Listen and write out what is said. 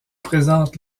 présentent